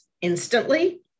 instantly